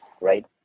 right